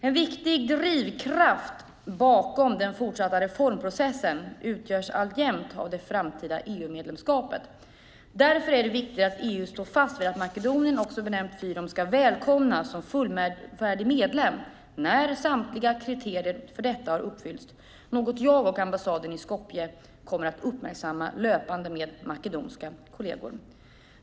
En viktig drivkraft bakom den fortsatta reformprocessen utgörs alltjämt av det framtida EU-medlemskapet. Därför är det viktigt att EU står fast vid att Makedonien, också benämnt Fyrom, ska välkomnas som fullvärdig medlem när samtliga kriterier för detta har uppfyllts, vilket är något som jag och ambassaden i Skopje kommer att uppmärksamma löpande med makedoniska kollegor.